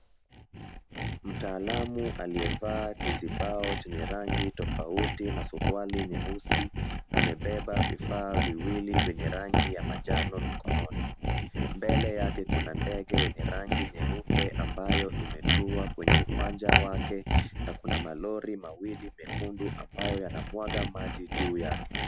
Mtaalamu aliyevaa kizibao chenyei rangi tofauti na suruali nyeusi, amebeba vifaa viwili vyenye rangi ya manjano mikononi. Mbele yake kuna ndege yenye rangi nyeupe, ambayo imetua kwenye uwanja wake, na kuna malori mawili mekundu ambayo yanamwaga maji juu yake.